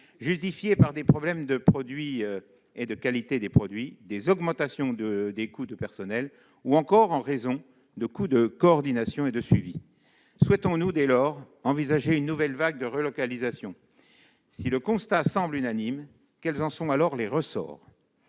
justifiées par des problèmes de qualité des produits, des augmentations des coûts de personnel ou encore des coûts de coordination et de suivi. Souhaitons-nous, dès lors, envisager une nouvelle vague de relocalisations ? Si le constat semble unanime, quels en seraient alors les ressorts ?